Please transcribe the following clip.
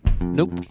Nope